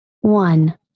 one